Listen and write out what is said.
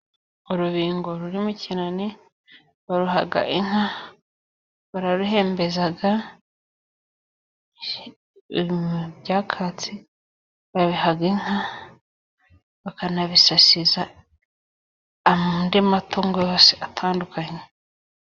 Urubingo ruri mu kinani，baruha inka， bararuhembeza， ibyakatsi babiha inka， bakanabisasiza andi matungo yose atandukanye.